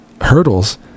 hurdles